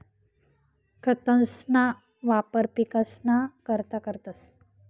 खतंसना वापर पिकसना करता करतंस